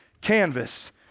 canvas